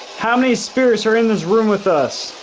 how many spirits are in this room with us.